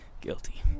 guilty